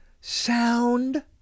sound